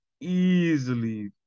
easily